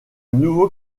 nouveau